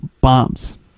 bombs